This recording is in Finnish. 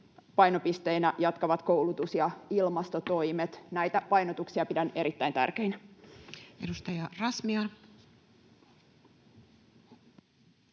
painopisteinä jatkavat koulutus- ja ilmastotoimet. Näitä painotuksia pidän erittäin tärkeinä. Edustaja Razmyar.